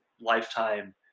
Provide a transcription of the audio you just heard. lifetime